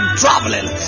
traveling